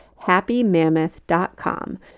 HappyMammoth.com